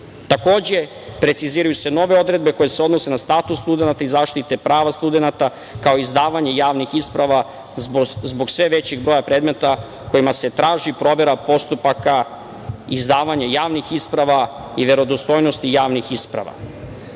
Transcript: Takođe, preciziraju se nove odredbe koje se odnose na status studenata i zaštite prava studenata, kao izdavanje javnih isprava zbog sve većeg broja predmeta kojima se traži provera postupaka izdavanja javnih isprava i verodostojnosti javnih ispravi. Uvaženi